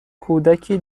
کودکی